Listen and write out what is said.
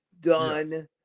done